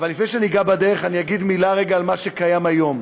לפני שאני אגע בדרך אני אגיד מילה על מה שקיים היום.